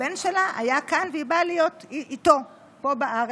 הבן שלה, היה כאן והיא באה להיות איתו פה בארץ.